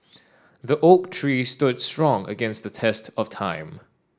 the oak tree stood strong against the test of time